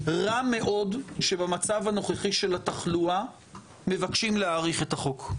רע מאוד שבמצב הנוכחי של התחלואה מבקשים להאריך את החוק.